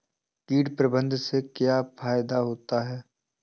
कीट प्रबंधन से क्या फायदा होता है?